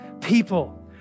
people